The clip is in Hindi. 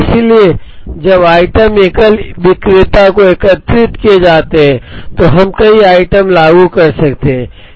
इसलिए जब आइटम एकल विक्रेता को एकत्रित किए जाते हैं तो हम कई आइटम लागू कर सकते हैं